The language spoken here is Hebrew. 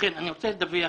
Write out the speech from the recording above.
אני רוצה לדווח